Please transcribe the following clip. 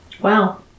wow